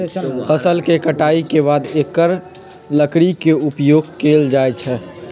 फ़सल के कटाई के बाद एकर लकड़ी के उपयोग कैल जाइ छइ